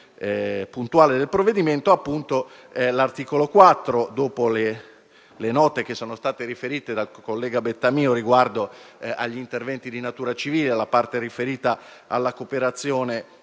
puntuale del provvedimento, e specificamente all'articolo 4, dopo le note che sono state riferite dal collega Bettamio riguardo agli interventi di natura civile ed alla parte relativa alla cooperazione